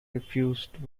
refused